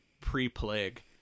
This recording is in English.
pre-plague